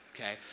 Okay